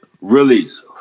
Release